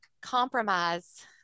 compromise